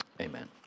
amen